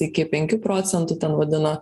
iki penkių procentų ten vadina